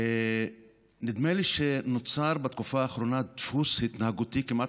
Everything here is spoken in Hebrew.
נדמה לי שנוצר בתקופה האחרונה דפוס התנהגותי כמעט